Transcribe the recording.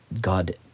god